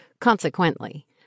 Consequently